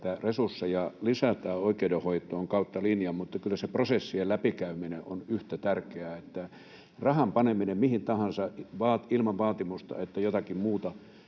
että resursseja lisätään oikeudenhoitoon kautta linjan, mutta kyllä se prosessien läpikäyminen on yhtä tärkeää. Ei rahaa panna mihin tahansa ilman vaatimusta, että jotakin muutetaan